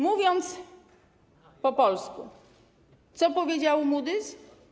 Mówiąc po polsku: Co powiedział Moody's?